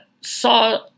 saw